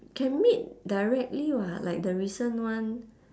can meet directly [what] like the recent one